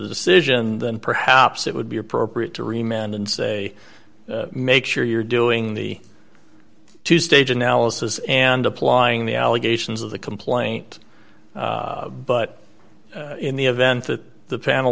decision than perhaps it would be appropriate to remain and say make sure you're doing the two stage analysis and applying the allegations of the complaint but in the event that the panel